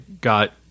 got